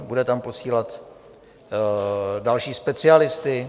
Bude tam posílat další specialisty?